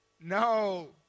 No